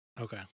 Okay